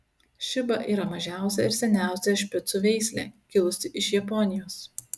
šiba yra mažiausia ir seniausia špicų veislė kilusi iš japonijos